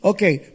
Okay